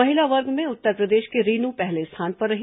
महिला वर्ग में उत्तरप्रदेश की रीनू पहले स्थान पर रही